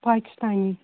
Pakistani